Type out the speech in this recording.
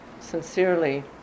sincerely